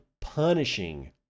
punishing